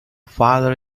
father